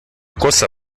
cosa